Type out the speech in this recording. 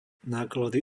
náklady